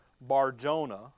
Bar-Jonah